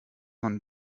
man